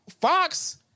Fox